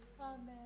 Amen